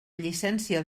llicència